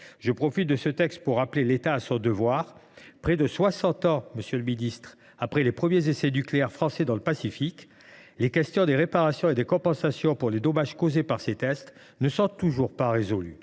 de l’examen de ce texte pour rappeler l’État à son devoir. Monsieur le ministre, près de soixante ans après les premiers essais nucléaires français dans le Pacifique, les questions des réparations et des compensations pour les dommages causés par ces tests ne sont toujours pas résolues.